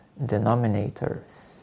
denominators